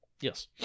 Yes